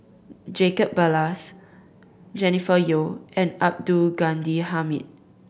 Jacob Ballas Jennifer Yeo and Abdul Ghani Hamid